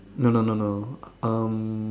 no no no no um